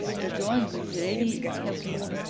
the drawing is is really helpful.